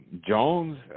Jones